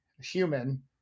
human